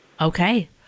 Okay